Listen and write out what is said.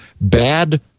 bad